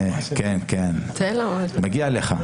מגיע לך.